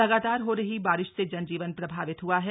लगातार हो रही बारिश से जनजीवन प्रभावित हुआ है